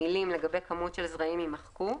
המילים "לגבי כמות של זרעים" יימחקו,